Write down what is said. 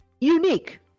unique